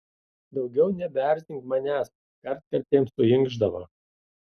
daugiau nebeerzink manęs kartkartėm suinkšdavo